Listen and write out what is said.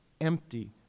Empty